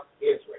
Israel